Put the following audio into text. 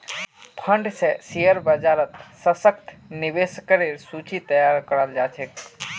fund स share बाजारत सशक्त निवेशकेर सूची तैयार कराल जा छेक